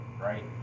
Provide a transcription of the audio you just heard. right